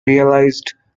realized